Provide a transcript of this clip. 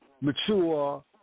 mature